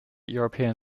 european